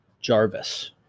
Jarvis